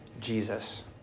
Jesus